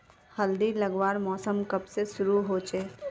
हल्दी लगवार मौसम कब से शुरू होचए?